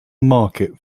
market